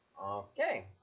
Okay